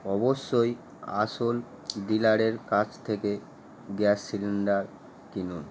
অবশ্যই আসল ডিলারের কাছ থেকে গ্যাস সিলিন্ডার কিনুন